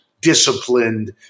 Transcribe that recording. disciplined